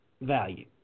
value